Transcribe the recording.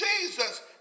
Jesus